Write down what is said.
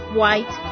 white